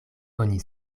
oni